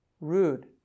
rude